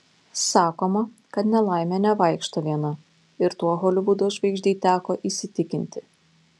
sakoma kad nelaimė nevaikšto viena ir tuo holivudo žvaigždei teko įsitikinti